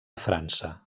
frança